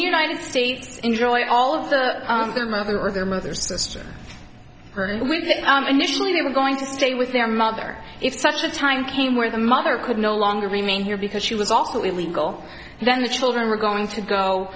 the united states enjoy all of the their mother or their mother sister initially they were going to stay with their mother if such the time came where the mother could no longer remain here because she was ultimately legal then the children were going to go